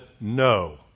no